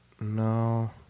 No